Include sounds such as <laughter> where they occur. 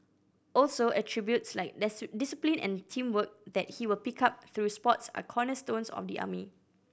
also attributes like <unintelligible> discipline and teamwork that he will pick up through sport are cornerstones of the army